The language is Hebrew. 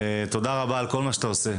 תודה רבה על כל מה שאתה עושה,